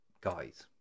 guys